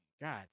God